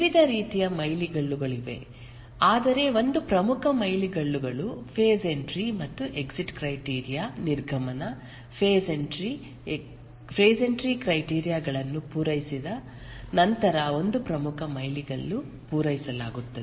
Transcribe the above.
ವಿವಿಧ ರೀತಿಯ ಮೈಲಿಗಲ್ಲುಗಳಿವೆ ಆದರೆ ಒಂದು ಪ್ರಮುಖ ಮೈಲಿಗಲ್ಲುಗಳು ಫೆಸ್ ಎಂಟ್ರಿ ಮತ್ತು ಎಕ್ಸಿಟ್ ಕ್ರೈಟೀರಿಯ ನಿರ್ಗಮನ ಫೆಸ್ ಎಂಟ್ರಿ ಕ್ರೈಟೀರಿಯ ಗಳನ್ನು ಪೂರೈಸಿದ ನಂತರ ಒಂದು ಪ್ರಮುಖ ಮೈಲಿಗಲ್ಲು ಪೂರೈಸಲಾಗುತ್ತದೆ